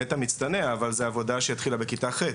נטע מצטנע אבל זו עבודה שהתחילה בכיתה ח',